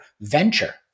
venture